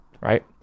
right